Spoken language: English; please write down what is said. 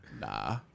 Nah